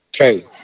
Okay